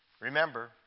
Remember